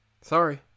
Sorry